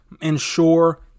ensure